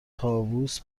طاووس